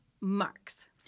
Mark's